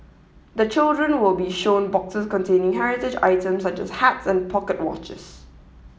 the children will be shown boxes containing heritage items such as hats and pocket watches